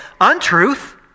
untruth